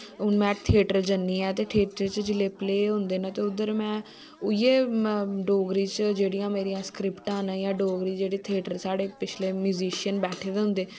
मैं थिएटर जन्नी आं ते थिएटर च जिल्ले प्ले होंदे न ते उध्दर में उया जोगरी च जेह्ड़ियां मेरियां सकरिप्टां जां डोगरी जेह्ड़े थिएटर साढ़े पिछले मयूशियन बैठे दे होंदे